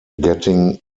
getting